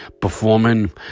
performing